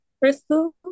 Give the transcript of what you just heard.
Crystal